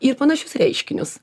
ir panašius reiškinius